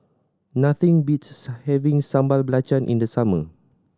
nothing beats having Sambal Belacan in the summer